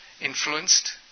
influenced